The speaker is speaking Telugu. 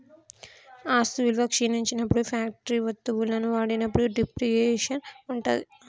ఆస్తి విలువ క్షీణించినప్పుడు ఫ్యాక్టరీ వత్తువులను వాడినప్పుడు డిప్రిసియేషన్ ఉంటది